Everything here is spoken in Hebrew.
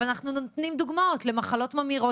אבל אנחנו נותנים דוגמאות למחלות ממאירות